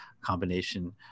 combination